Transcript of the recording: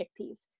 chickpeas